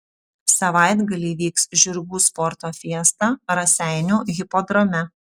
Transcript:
savaitgalį vyks žirgų sporto fiesta raseinių hipodrome